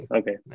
okay